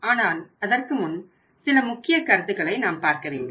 ஆனால் அதற்கு முன் சில முக்கிய கருத்துக்களை நாம் பார்க்கவேண்டும்